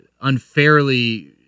unfairly